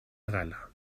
قلم